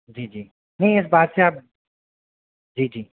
जी जी नहीं इस बात से आप जी जी